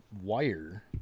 wire